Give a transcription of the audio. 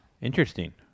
Interesting